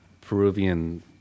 Peruvian